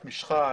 את משכה,